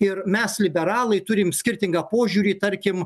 ir mes liberalai turim skirtingą požiūrį tarkim